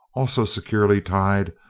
also securely tied,